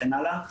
וכן הלאה.